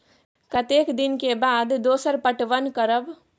कतेक दिन के बाद दोसर पटवन करब?